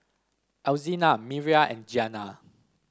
Alzina Miriah and Giana